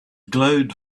glowed